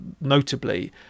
notably